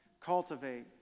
Cultivate